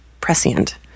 prescient